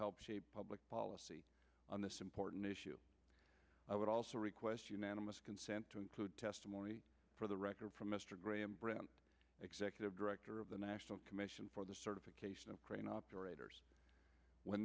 help shape public policy on this important issue i would also request unanimous consent to include testimony for the record from mr graham brown executive director of the national commission for the certification of crane operators when